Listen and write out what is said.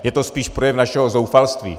Je to spíš projev našeho zoufalství.